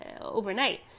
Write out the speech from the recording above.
overnight